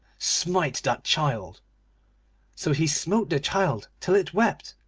smite that child so he smote the child till it wept,